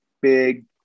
big